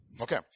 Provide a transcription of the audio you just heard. Okay